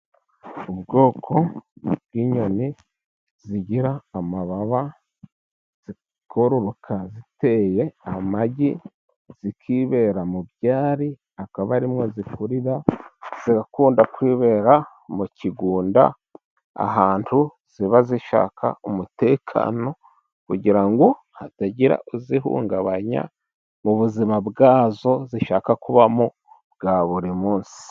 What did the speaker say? Ubwoko bw'inyoni zigira amababa zikororoka ziteye amagi, zikibera mu byari akaba arimo zikurira, zigakunda kwibera mu kigunda, ahantu ziba zishaka umutekano, kugira ngo hatagira uzihungabanya mu buzima bwazo; zishaka kubamo bwa buri munsi.